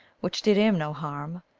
which did him no harm,